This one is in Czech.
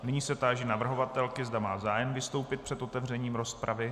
Nyní se táži navrhovatelky, zda má zájem vystoupit před otevřením rozpravy.